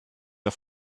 der